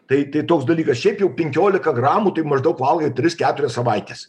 tai tai toks dalykas šiaip jau penkiolika gramų tai maždaug valgai tris keturias savaites